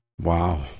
Wow